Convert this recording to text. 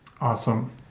Awesome